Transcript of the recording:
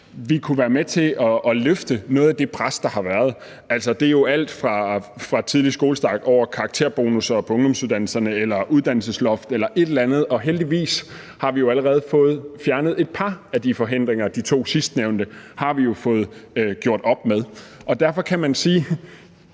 vi kunne være med til at lette noget af det pres, der har været. Det er jo alt fra tidlig skolestart til karakterbonusser på ungdomsuddannelserne og uddannelsesloft m.m., og heldigvis har vi allerede fået fjernet et par af de forhindringer. De to sidstnævnte har vi jo fået gjort op med. Og det, at vi skal